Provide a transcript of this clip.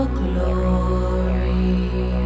glory